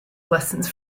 lessons